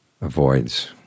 avoids